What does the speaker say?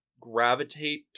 gravitate